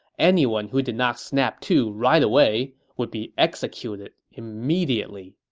anyone who did not snap to right away would be executed immediately.